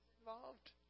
involved